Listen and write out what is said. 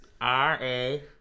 R-A